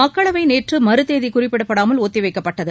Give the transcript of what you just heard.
மக்களவை நேற்று மறுதேதி குறிப்பிடப்படாமல் ஒத்திவைக்கப்பட்டது